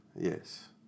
Yes